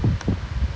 I don't mind